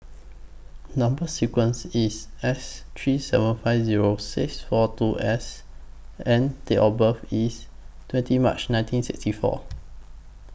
Number sequence IS S three seven five Zero six four two S and Date of birth IS twenty March nineteen sixty four